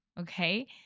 okay